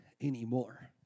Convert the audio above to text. anymore